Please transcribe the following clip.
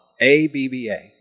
A-B-B-A